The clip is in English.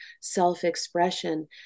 self-expression